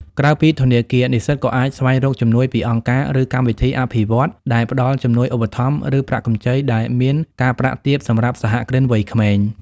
ក្រៅពីធនាគារ និស្សិតក៏អាចស្វែងរកជំនួយពីអង្គការ ឬកម្មវិធីអភិវឌ្ឍន៍ដែលផ្តល់ជំនួយឧបត្ថម្ភ ឬប្រាក់កម្ចីដែលមានការប្រាក់ទាបសម្រាប់សហគ្រិនវ័យក្មេង។